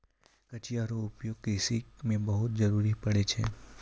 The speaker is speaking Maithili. कचिया रो उपयोग कृषि क्षेत्र मे बहुत जरुरी पड़ै छै